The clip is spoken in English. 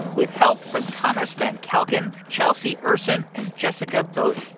with help from thomas van calkin, chelsea ursin and jessica bodie.